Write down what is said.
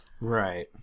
right